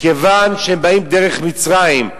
מכיוון שהם באים דרך מצרים,